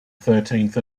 thirteenth